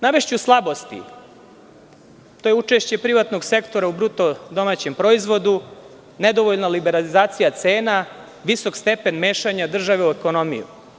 Navešću slabosti, to je učešće privatnog sektora u bruto domaćem proizvodu, nedovoljna liberalizacija cena, visok stepen mešanja države u ekonomiju.